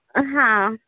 हा